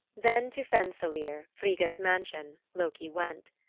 then to fensalir, frigga's mansion, loki went.